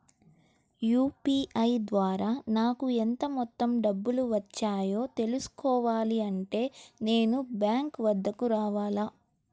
UPI ద్వారా నాకు ఎంత మొత్తం డబ్బులు వచ్చాయో తెలుసుకోవాలి అంటే నేను బ్యాంక్ వద్దకు రావాలా?